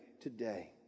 today